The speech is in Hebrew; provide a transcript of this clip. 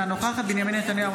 אינה נוכחת בנימין נתניהו,